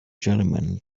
gentlemen